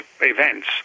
events